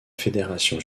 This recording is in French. fédération